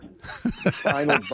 Final